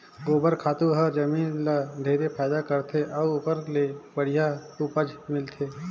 गोबर खातू हर जमीन ल ढेरे फायदा करथे अउ ओखर ले बड़िहा उपज मिलथे